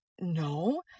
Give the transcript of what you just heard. no